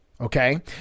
Okay